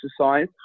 exercise